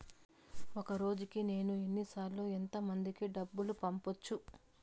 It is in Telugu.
ఒక రోజుకి నేను ఎన్ని సార్లు ఎంత మందికి డబ్బులు పంపొచ్చు?